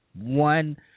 one